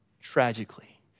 tragically